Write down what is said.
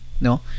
no